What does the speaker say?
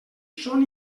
són